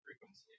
frequency